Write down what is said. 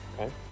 okay